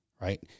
right